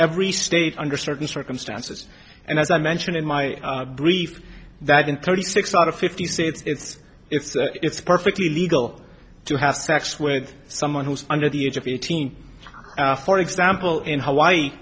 every state under certain circumstances and as i mentioned in my brief that in thirty six out of fifty states it's it's it's perfectly legal to have sex with someone who's under the age of eighteen for example in hawaii